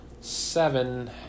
seven